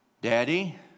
Daddy